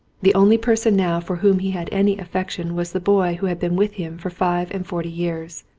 the only person now for whom he had any affec tion was the boy who had been with him for five and forty years.